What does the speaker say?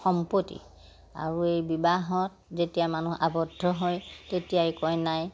সম্পতি আৰু এই বিবাহত যেতিয়া মানুহ আৱদ্ধ হয় তেতিয়াই কইনাই